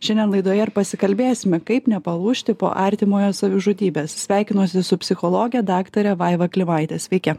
šiandien laidoje ir pasikalbėsime kaip nepalūžti po artimojo savižudybės sveikinuosi su psichologe daktare vaiva klimaite sveiki